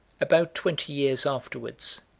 about twenty years afterwards,